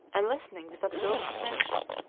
and listening with absorbed attention.